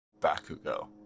Bakugo